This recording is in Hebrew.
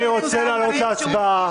אני רוצה להעלות עכשיו להצבעה.